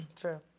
True